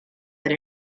that